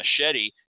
machete